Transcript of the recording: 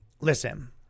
listen